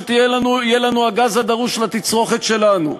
שיהיה לנו הגז הדרוש לתצרוכת שלנו.